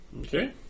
Okay